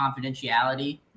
confidentiality